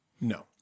No